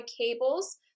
cables